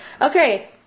Okay